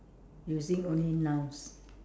using only nouns